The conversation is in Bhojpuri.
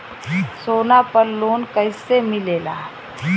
सोना पर लो न कइसे मिलेला?